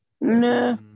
No